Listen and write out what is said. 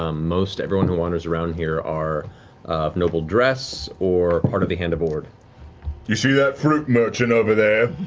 um most everyone who wanders around here are of noble dress or part of the hand of ord. travis you see that fruit merchant over there?